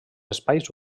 espais